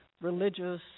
Religious